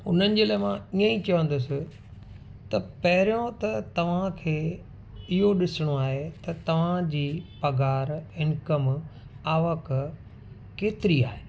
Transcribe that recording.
उन्हनि जे लाइ मां ईअं ई चवंदुसि त पहिरियों त तव्हांखे इहो ॾिसिणो आहे त तव्हांजी पघार इनकम आवक केतिरी आहे